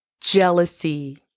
jealousy